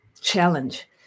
challenge